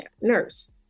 nurse